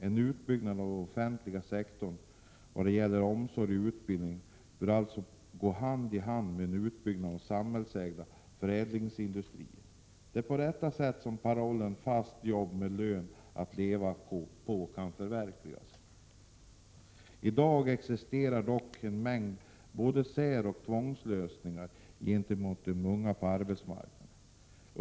En utbyggnad av den offentliga sektorn vad gäller omsorg och utbildning bör alltså gå hand i hand med en utbyggnad av samhällsägda förädlingsindustrier. Det är på detta sätt som parollen ”fasta jobb med lön att leva på” kan förverkligas. I dag existerar dock en mängd både säroch tvångslösningar gentemot de unga på arbetsmarknaden.